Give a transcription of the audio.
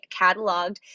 cataloged